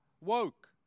Woke